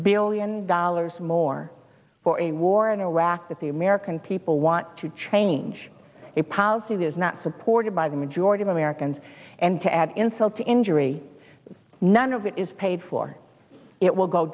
billion dollars more for a war in iraq that the american people want to change a positive is not supported by the majority of americans and to add insult to injury none of it is paid for it will go